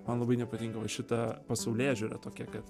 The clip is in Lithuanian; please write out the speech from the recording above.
man labai nepatinka va šita pasaulėžiūra tokia kad